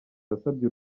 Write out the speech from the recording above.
yasabye